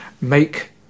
make